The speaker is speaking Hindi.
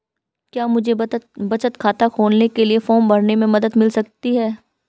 क्या मुझे बचत खाता खोलने के लिए फॉर्म भरने में मदद मिल सकती है?